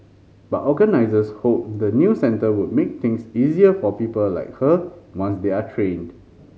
but organisers hope the new centre will make things easier for people like her once they are trained